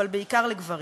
אבל בעיקר לגברים.